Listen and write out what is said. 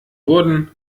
wurden